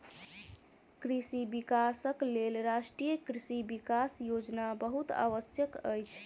कृषि विकासक लेल राष्ट्रीय कृषि विकास योजना बहुत आवश्यक अछि